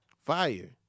Fire